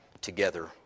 together